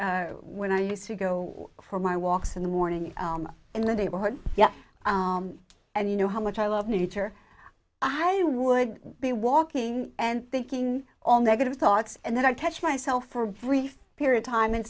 because when i used to go for my walks in the morning in the neighborhood yeah and you know how much i love nature i would be walking and thinking all negative thoughts and then i touch myself for brief period time